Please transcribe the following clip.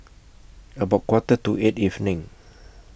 about Quarter to eight evening